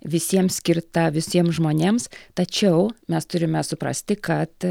visiems skirta visiems žmonėms tačiau mes turime suprasti kad